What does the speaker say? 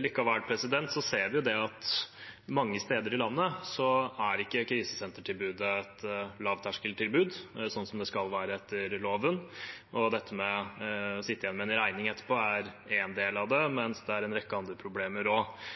Likevel ser vi at mange steder i landet er ikke krisesentertilbudet et lavterskeltilbud, sånn det skal være etter loven. Det å sitte igjen med en regning etterpå er en del av det, men det er en rekke andre problemer også. Derfor vil jeg spørre statsråden om han og